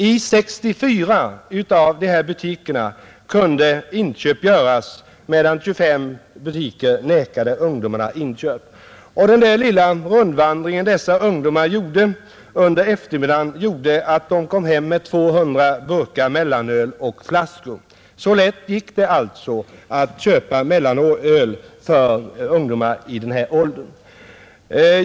I 64 av butikerna kunde inköp göras, medan 25 butiker nekade ungdomarna att få göra inköp. Efter sin lilla rundvandring under eftermiddagen kom dessa ungdomar hem med 200 burkar och flaskor mellanöl. Så lätt gick det alltså att köpa mellanöl för ungdomar i den här åldern.